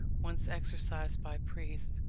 once exercised by priests,